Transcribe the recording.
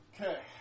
Okay